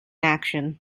action